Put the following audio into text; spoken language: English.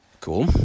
Cool